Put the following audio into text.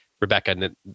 Rebecca